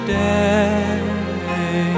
day